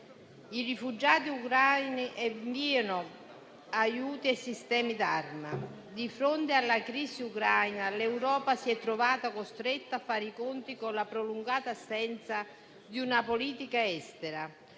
i rifugiati ucraini e inviano aiuti e sistemi d'arma. Di fronte alla crisi ucraina, l'Europa si è trovata costretta a fare i conti con la prolungata assenza di una politica estera,